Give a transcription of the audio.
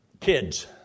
Kids